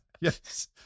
yes